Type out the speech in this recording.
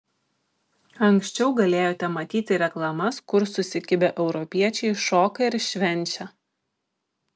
anksčiau galėjote matyti reklamas kur susikibę europiečiai šoka ir švenčia